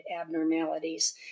abnormalities